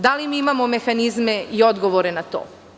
Da li mi imamo mehanizme i odgovore na to?